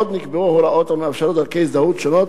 עוד נקבעו הוראות המאפשרות דרכי הזדהות שונות